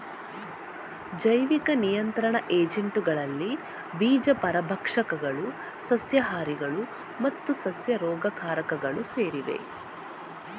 ಜೈವಿಕ ನಿಯಂತ್ರಣ ಏಜೆಂಟುಗಳಲ್ಲಿ ಬೀಜ ಪರಭಕ್ಷಕಗಳು, ಸಸ್ಯಹಾರಿಗಳು ಮತ್ತು ಸಸ್ಯ ರೋಗಕಾರಕಗಳು ಸೇರಿವೆ